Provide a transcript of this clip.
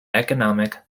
economical